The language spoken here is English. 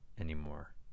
anymore